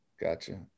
gotcha